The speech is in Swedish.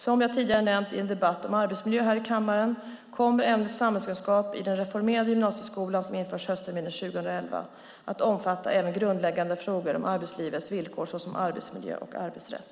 Som jag tidigare nämnt i en debatt om arbetsmiljö här i kammaren kommer ämnet samhällskunskap i den reformerade gymnasieskolan som införs höstterminen 2011 att omfatta även grundläggande frågor om arbetslivets villkor, såsom arbetsmiljö och arbetsrätt.